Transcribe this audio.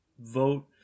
Vote